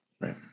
Right